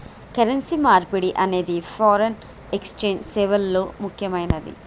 currency మార్పిడి అనేది foreign exchange సేవల్లో ముక్కెమైనది